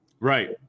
Right